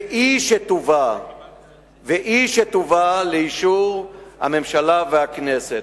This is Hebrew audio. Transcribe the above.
והיא שתובא לאישור הממשלה והכנסת.